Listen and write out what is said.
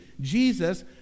Jesus